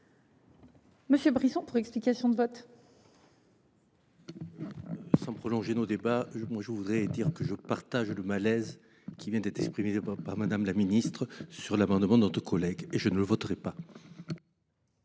Monsieur Brisson pour explication de vote. Sans prolonger nos débats je moi je voudrais dire que je partage le malaise qui vient d'être exprimé de pas par Madame. La ministre sur l'amendement de notre collègue et je ne voterai pas.